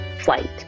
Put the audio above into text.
Flight